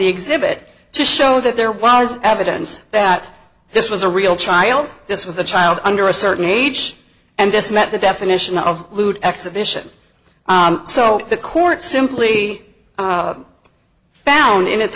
the exhibit to show that there was evidence that this was a real child this was a child under a certain age and this met the definition of lewd exhibition so the court simply found in its